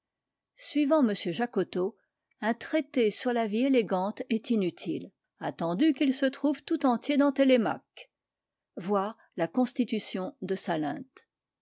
m jacotot un traité sur la vie élégante est inutile attendu qu'il se trouve tout entier dans télémaque voir la constitution de salente a